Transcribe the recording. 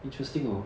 interesting orh